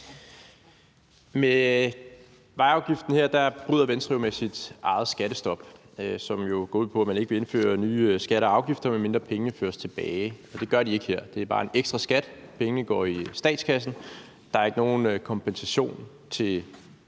Med vejafgiften her bryder Venstre jo med sit eget skattestop, som går ud på, at man ikke vil indføre nye skatter og afgifter, medmindre pengene føres tilbage, og det gør de ikke her. Det er bare en ekstra skat; pengene går i statskassen. Der er ikke nogen kompensation til